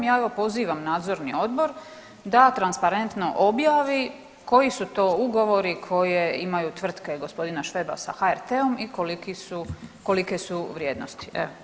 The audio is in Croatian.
Ja ga pozivam u Nadzorni odbor da transparentno objavi koji su to ugovori koje imaju tvrtke gospodina Šveba sa HRT-om i kolike su vrijednosti.